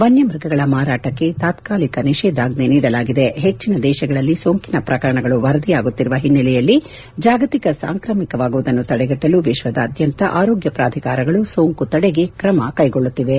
ವನ್ನಮ್ಗಗಳ ಮಾರಾಟಕ್ಕೆ ತಾತ್ಲಾಲಿಕ ನಿಷೇಧಾಜ್ಜೆ ನೀಡಲಾಗಿದೆ ಹೆಚ್ಚಿನ ದೇಶಗಳಲ್ಲಿ ಸೋಂಕಿನ ಪ್ರಕರಣಗಳು ವರದಿಯಾಗುತ್ತಿರುವ ಹಿನ್ನೆಲೆಯಲ್ಲಿ ಜಾಗತಿಕ ಸಾಂಕ್ರಾಮಿಕವಾಗುವುದನ್ನು ತಡೆಗಟ್ಲಲು ವಿಶ್ವದಾದ್ಯಂತ ಆರೋಗ್ಯ ಪ್ರಾಧಿಕಾರಿಗಳು ಸೋಂಕು ತಡೆಗ್ರೆ ಕ್ಲೆಗೊಳ್ಳುತ್ತಿವೆ